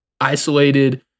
isolated